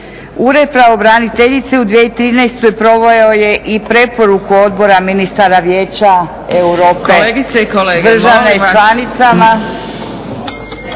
Ured pravobraniteljice u 2013. proveo je i preporuku Odbora ministara Vijeća Europske državama članicama.